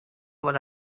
what